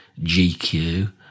GQ